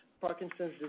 Parkinson's